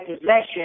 possession